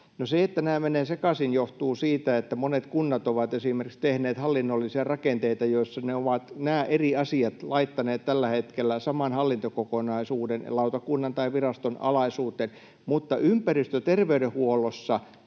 se, että nämä menevät sekaisin, johtuu siitä, että monet kunnat ovat esimerkiksi tehneet hallinnollisia rakenteita, joissa ne ovat nämä eri asiat laittaneet tällä hetkellä saman hallintokokonaisuuden ja lautakunnan tai viraston alaisuuteen. Mutta ympäristöterveydenhuollossa